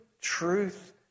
truth